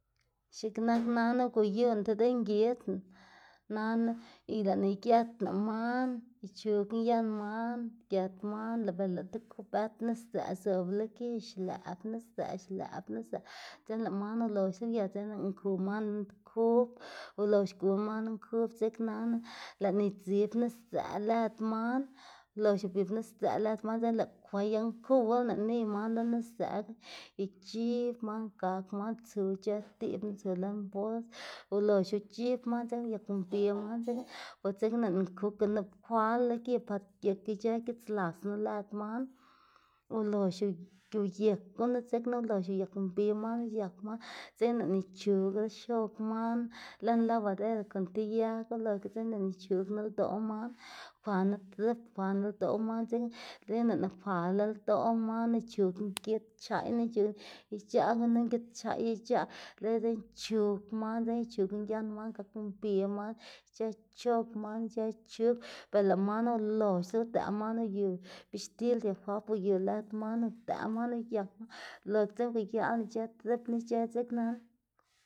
X̱iꞌk nana uguyuná ti dengidná nana lëꞌná igëtná man, ichugná yan man gët man lëꞌ be lëꞌ tib kubët nis dzëꞌ zobla gi xlëꞌb nis dzëꞌ xlëꞌb nis dzëꞌ dzekna lëꞌ man uloxla uyët dzekna lëꞌná ku man lën ti kub ulox uguná man lën kub dzeknana lëꞌná idzib nis dzëꞌ lëd man, ulox ubib nis dzëꞌ lëd man dzekna lëꞌná kwayaꞌ nkuwlaná niy man lo nis dzëꞌga. Ic̲h̲ib man gak man tsu ic̲h̲ë diꞌb tsu lën bols, ulox uc̲h̲ib man dzekna uyak mbi man dzekna bo dzekna lëꞌná kuga nup kwal lo gi par geꞌk ic̲h̲ë gis lasnu lëd man olox uyek gunu dzekna ulox uyak mbi man uyak man dzekna lëꞌná ichugla xog man lën labadera con ti yaga dzekna. Uloxga dzekna lëꞌná ichugná ldoꞌ man kwaná trip kwaná ldoꞌ man dzekna dzekna lëꞌná kwala ldoꞌ man ic̲h̲ugná gid c̲h̲aꞌy ic̲h̲aꞌ gunu gid c̲h̲aꞌy ic̲h̲aꞌ lego dzekna ic̲h̲ugná man dzekna ic̲h̲ugná yan man gak mbi man ic̲h̲ë chog man ic̲h̲ë chug be lëꞌ man uloxla udëꞌ man uyu bixtil diafap uyu lëd man udëꞌ man uyak man lox ga dzekna uguliaꞌlaná ic̲h̲ë tripnu ic̲h̲ë dzeknana.